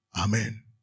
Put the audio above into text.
Amen